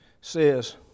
says